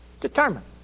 determined